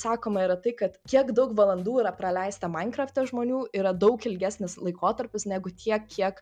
sakoma yra tai kad kiek daug valandų yra praleista mainkrafte žmonių yra daug ilgesnis laikotarpis negu tiek kiek